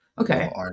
okay